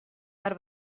per